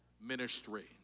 ministry